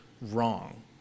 wrong